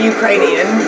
Ukrainian